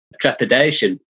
trepidation